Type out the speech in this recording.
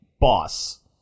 boss